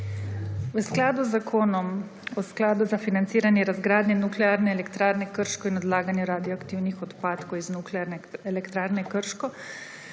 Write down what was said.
upravnega odbora Sklada za financiranje razgradnje Nuklearne elektrarne Krško in za odlaganje radioaktivnih odpadkov iz Nuklearne elektrarne Krško